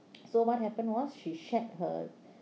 so what happen was she shared her